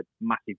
massive